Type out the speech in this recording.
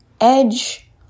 edge